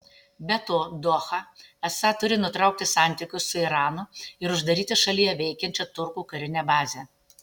be to doha esą turi nutraukti santykius su iranu ir uždaryti šalyje veikiančią turkų karinę bazę